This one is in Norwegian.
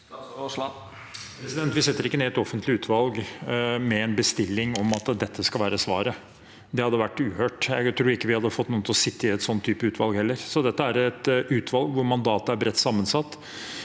Vi setter ikke ned et offentlig utvalg med en bestilling om at dette skal være svaret. Det hadde vært uhørt, og jeg tror ikke vi hadde fått noen til å sitte i et slikt utvalg heller. Dette er et utvalg hvor mandatet er bredt sammensatt,